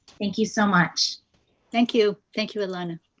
thank you so much thank you thank you? alanna